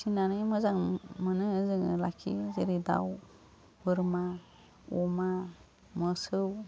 फिनानै मोजां मोनो जोङो लाखियो जेरै दाव बोरमा अमा मोसौ